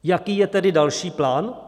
Jaký je tedy další plán?